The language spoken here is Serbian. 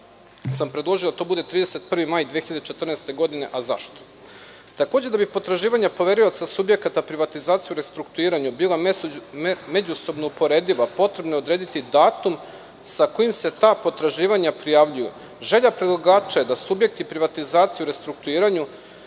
roka. Predložio sam da to bude 31. maj 2014. godine, a zašto? Takođe da bi potraživanja poverioca subjekata privatizacije u restrukturiranju bila međusobno uporediva, potrebno je odrediti datum sa kojim se ta potraživanja prijavljuju. Želja predlagača je da subjekti privatizacije u restrukturiranju